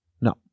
No